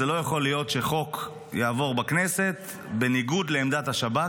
לא יכול להיות שחוק יעבור בכנסת בניגוד לעמדת השב"כ.